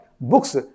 books